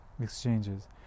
exchanges